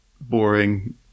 boring